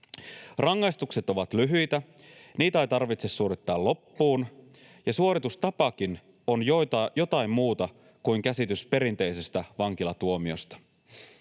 Rangaistukset ovat lyhyitä, niitä ei tarvitse suorittaa loppuun, ja suoritustapakin on jotain muuta kuin käsitys perinteisestä vankilatuomiosta.